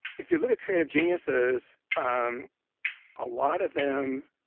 if you look at creative geniuses, um a lot of them.